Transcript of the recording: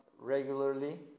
regularly